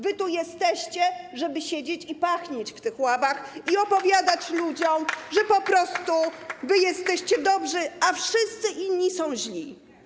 Wy tu jesteście, żeby siedzieć i pachnieć w tych ławach i opowiadać ludziom, że wy jesteście dobrzy, a wszyscy inni są źli.